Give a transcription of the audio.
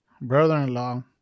brother-in-law